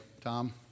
Tom